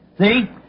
See